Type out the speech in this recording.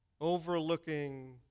overlooking